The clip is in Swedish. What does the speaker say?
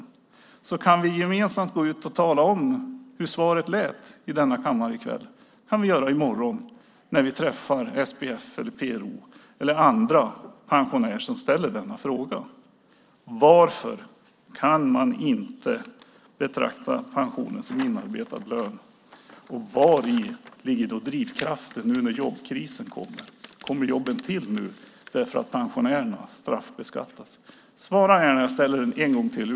I så fall kan vi gemensamt gå ut och tala om hur svaret lät i denna kammare i kväll. Det kan vi göra i morgon när vi träffar dem från SPF eller PRO eller andra pensionärer som ställer frågan varför man inte kan betrakta pensionen som inarbetad lön och vari drivkraften ligger nu när jobbkrisen kommer. Kommer jobben att öka för att pensionärerna straffbeskattas? Svara mig när jag nu ställer frågan ytterligare en gång.